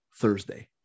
Thursday